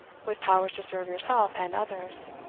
with powers to serve yourself and others.